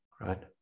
right